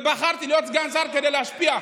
ובחרתי להיות סגן שר כדי להשפיע.